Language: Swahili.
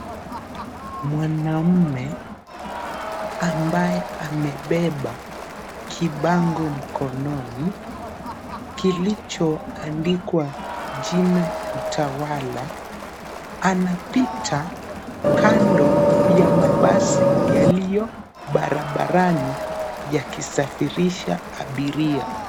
Mwanamume ambaye amebeba kibango mkononi kilichondikwa jina Utawala anapita kando ya mabasi yaliyo barabarani yakisafirisha abiria.